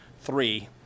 three